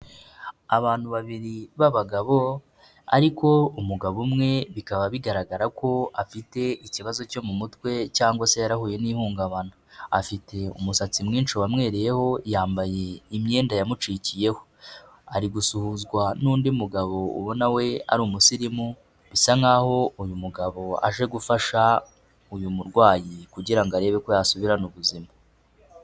Abantu babiri b'abagabo, ariko umugabo umwe bikaba bigaragara ko afite ikibazo cyo mu mutwe cyangwa se yarahuye n'ihungabana. Afite umusatsi mwinshi wamwereyeho, yambaye imyenda yamucikiyeho. Ari gusuhuzwa n'undi mugabo ubona we ari umusirimu, bisa nkaho uyu mugabo aje gufasha uyu murwayi kugira ngo arebe ko yasubirana ubuzima.